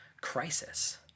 crisis